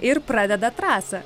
ir pradeda trasą